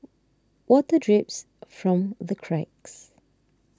water drips from the cracks